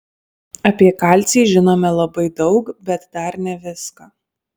apie kalcį žinome labai daug bet dar ne viską